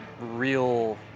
real